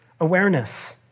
awareness